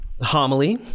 homily